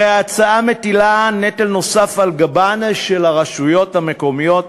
הרי ההצעה מטילה נטל נוסף על גבן של הרשויות המקומיות,